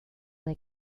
they